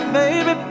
baby